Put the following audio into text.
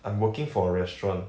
I'm working for a restaurant